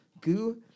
Goo